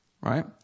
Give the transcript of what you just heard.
Right